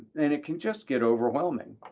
and it can just get overwhelming.